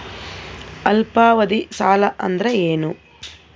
ಅಲ್ಪಾವಧಿ ಸಾಲ ಅಂದ್ರ ಏನು?